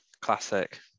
Classic